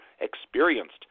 experienced